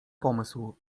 pomysł